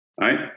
right